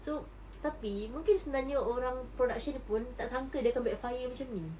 so tapi mungkin sebenarnya orang production ni pun tak sangka dia akan backfire macam ni